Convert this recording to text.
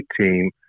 team